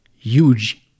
huge